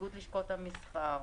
איגוד לשכות המסחר,